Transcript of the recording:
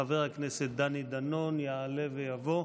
חבר הכנסת דני דנון יעלה ויבוא,